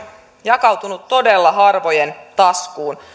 jakautunut todella harvojen taskuun